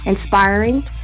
inspiring